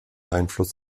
einfluss